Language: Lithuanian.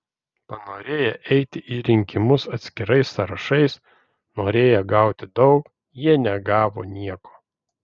panorėję eiti į rinkimus atskirais sąrašais norėję gauti daug jie negavo nieko